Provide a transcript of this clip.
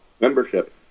membership